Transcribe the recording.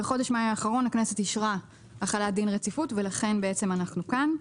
בחודש מאי האחרון הכנסת אישרה החלת דין רציפות ולכן בעצם אנחנו כאן.